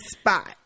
spot